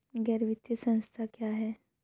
गैर वित्तीय संस्था क्या है?